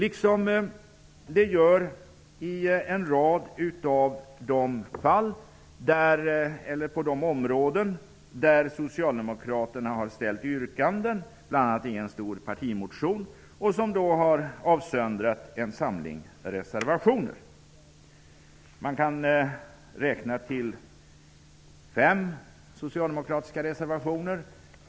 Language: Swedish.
Det pågår också ett arbete på en rad av de områden där Socialdemokraterna har framställt yrkanden. Detta presenteras bl.a. i en stor partimotion som har avsöndrat en samling reservationer. Man kan räkna till fem socialdemokratiska reservationer.